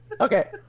okay